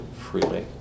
freely